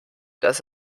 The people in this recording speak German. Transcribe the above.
dass